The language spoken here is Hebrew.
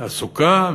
תעסוקה,